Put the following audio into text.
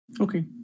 Okay